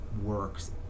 works